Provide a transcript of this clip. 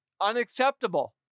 unacceptable